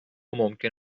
ممکن